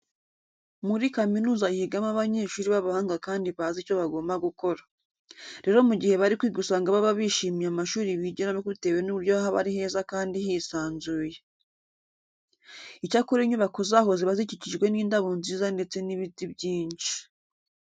Muri kaminuza higamo abanyeshuri b'abahanga kandi bazi icyo bagomba gukora. Rero mu gihe bari kwiga usanga baba bishimiye amashuri bigiramo bitewe n'uburyo haba ari heza kandi hisanzuye. Icyakora inyubako zaho ziba zikikijwe n'indabo nziza ndetse n'ibiti byinshi.